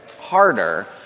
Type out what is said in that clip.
harder